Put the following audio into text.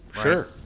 Sure